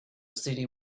city